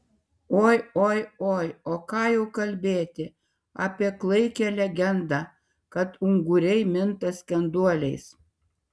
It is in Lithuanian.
oi oi oi o ką jau kalbėti apie klaikią legendą kad unguriai minta skenduoliais